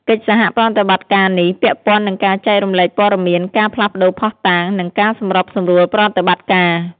កិច្ចសហប្រតិបត្តិការនេះពាក់ព័ន្ធនឹងការចែករំលែកព័ត៌មាន ការផ្លាស់ប្តូរភស្តុតាង និងការសម្របសម្រួលប្រតិបត្តិការ។